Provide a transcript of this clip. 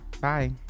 Bye